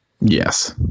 Yes